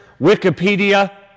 Wikipedia